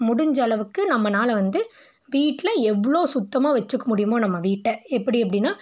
முடிஞ்ச அளவுக்கு நம்மளால வந்து வீட்டில் எவ்வளோ சுத்தமாக வைச்சிக்க முடியுமோ நம்ம வீட்டை எப்படி எப்படினா